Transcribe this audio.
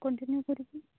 continue କରିକି